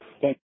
Thank